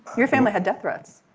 your family had death threats.